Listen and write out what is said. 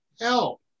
help